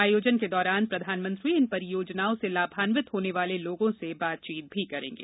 आयोजन के दौरान प्रधानमंत्री इन परियोजनाओं से लाभान्वित होने वाले लोगों से बातचीत भी करेंगे